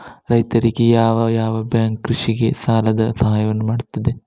ರೈತರಿಗೆ ಯಾವ ಯಾವ ಬ್ಯಾಂಕ್ ಕೃಷಿಗೆ ಸಾಲದ ಸಹಾಯವನ್ನು ಮಾಡ್ತದೆ?